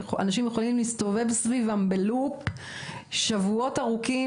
אנשים יכולים להסתובב סביב ב-loop במשך שבועות ארוכים,